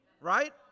Right